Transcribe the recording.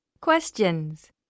Questions